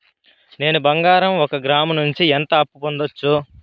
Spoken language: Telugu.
నేను బంగారం ఒక గ్రాము నుంచి ఎంత అప్పు పొందొచ్చు